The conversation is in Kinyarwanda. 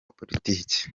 politiki